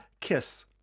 kiss